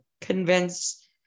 convince